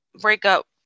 breakup